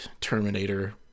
Terminator